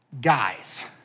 guys